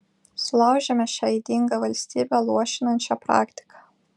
sulaužėme šią ydingą valstybę luošinančią praktiką